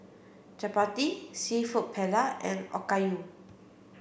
Chapati Seafood Paella and Okayu